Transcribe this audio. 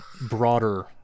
broader